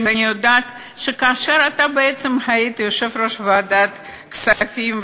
ואני יודעת שכאשר אתה בעצם היית יושב-ראש ועדת הכספים,